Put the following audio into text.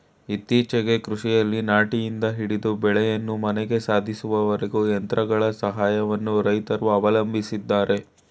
ಇತ್ತೀಚೆಗೆ ಕೃಷಿಯಲ್ಲಿ ನಾಟಿಯಿಂದ ಹಿಡಿದು ಬೆಳೆಯನ್ನು ಮನೆಗೆ ಸಾಧಿಸುವವರೆಗೂ ಯಂತ್ರಗಳ ಸಹಾಯವನ್ನು ರೈತ್ರು ಅವಲಂಬಿಸಿದ್ದಾರೆ